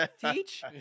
Teach